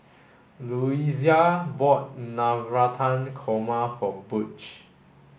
Luisa bought Navratan Korma for Butch